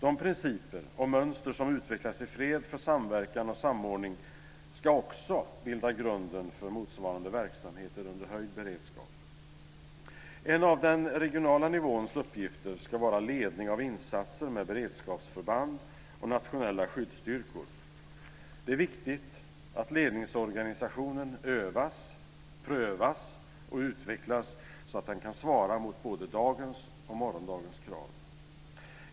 De principer och mönster som utvecklas i fred för samverkan och samordning ska också bilda grunden för motsvarande verksamheter under höjd beredskap. En av den regionala nivåns uppgifter ska vara ledning av insatser med beredskapsförband och nationella skyddsstyrkor. Det är viktigt att ledningsorganisationen övas, prövas och utvecklas så att den kan svara mot både dagens och morgondagens krav.